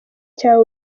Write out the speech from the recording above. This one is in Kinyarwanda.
cya